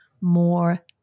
more